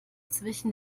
zwischen